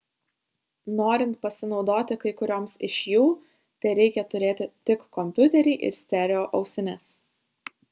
norint pasinaudoti kai kurioms iš jų tereikia turėti tik kompiuterį ir stereo ausines